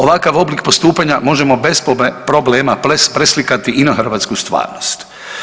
Ovakav oblik postupanja možemo bez problema preslikati i na hrvatsku stvarnost.